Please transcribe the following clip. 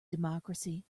democracy